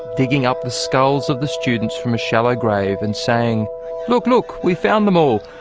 digging up the skulls of the students from a shallow grave and saying look, look, we found them all,